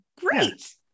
great